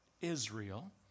Israel